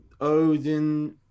Odin